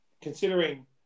considering